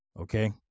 okay